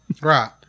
Right